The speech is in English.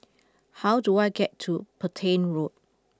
how do I get to Petain Road